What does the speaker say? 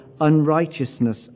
unrighteousness